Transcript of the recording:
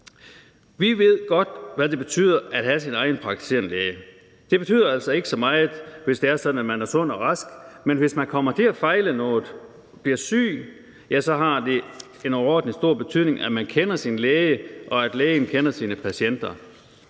Vi ved godt, hvad det betyder at have sin egen praktiserende læge. Det betyder altså ikke så meget, hvis det er sådan, at man er sund og rask, men hvis man kommer til at fejle noget, bliver syg, så har det en overordentlig stor betydning, at patienten kender sin læge, og at lægen kender sin patient.